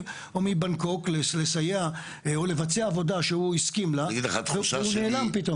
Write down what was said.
או מבנגקוק לסייע או לבצע עבודה שהוא הסכים לה ופתאום הוא נעלם.